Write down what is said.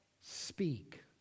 speak